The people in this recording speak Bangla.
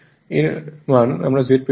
এর মান আমরা Z পেয়েছিলাম